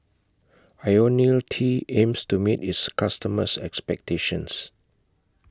Ionil T aims to meet its customers' expectations